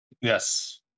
Yes